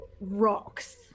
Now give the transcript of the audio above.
rocks